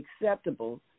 acceptable